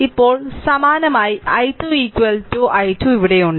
ഇപ്പോൾ സമാനമായി i 2 i 2 ഇവിടെയുണ്ട്